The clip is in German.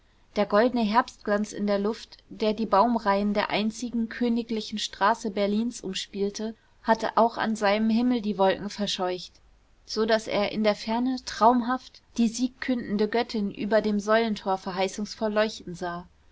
der goldene herbstglanz in der luft der die baumreihen der einzigen königlichen straße berlins umspielte hatte auch an seinem himmel die wolken verscheucht so daß er in der ferne traumhaft die siegkündende göttin über dem säulentor verheißungsvoll leuchten sah